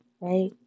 Right